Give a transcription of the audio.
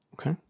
Okay